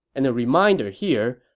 and a reminder here,